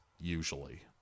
usually